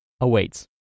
awaits